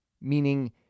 Meaning